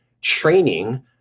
training